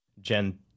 Gen